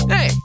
Hey